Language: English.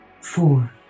four